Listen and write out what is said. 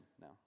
now